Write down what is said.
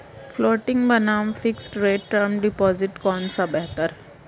Floating बनाम fixed rate term deposit कौन सा बेहतर है?